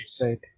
right